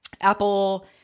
Apple